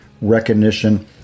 recognition